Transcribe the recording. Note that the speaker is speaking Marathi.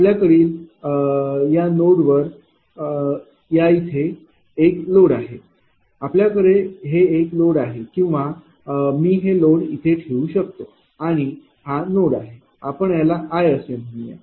आपल्या कडील या नोड वर या इथे हे एक लोड आहे आपल्याकडे हे एक लोड आहे किंवा मी हे लोड येथे ठेवू शकतो आणि हा नोड आहे याला आपण i असे म्हणूया